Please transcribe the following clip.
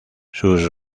sus